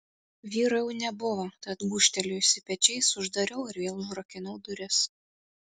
vyro jau nebuvo tad gūžtelėjusi pečiais uždariau ir vėl užrakinau duris